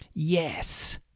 yes